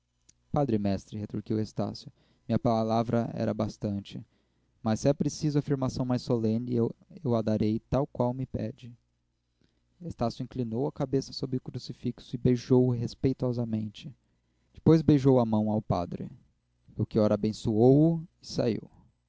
prometes padre mestre retorquiu estácio minha palavra era bastante mas se é preciso afirmação mais solene eu a darei tal qual me pede estácio inclinou a cabeça sobre o crucifixo e beijou-o respeitosamente depois beijou a mão ao padre melchior abençoou o e saiu